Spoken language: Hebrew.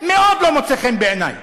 מאוד לא מוצא חן בעיני.